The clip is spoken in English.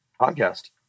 podcast